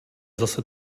zase